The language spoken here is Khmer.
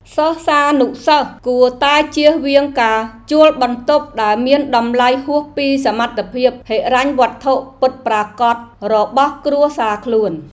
សិស្សានុសិស្សគួរតែចៀសវាងការជួលបន្ទប់ដែលមានតម្លៃហួសពីសមត្ថភាពហិរញ្ញវត្ថុពិតប្រាកដរបស់គ្រួសារខ្លួន។